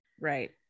Right